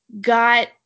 got